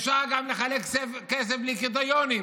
אפשר גם לחלץ כסף בלי קריטריונים,